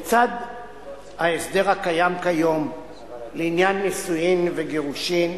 לצד ההסדר הקיים כיום לעניין נישואים וגירושים,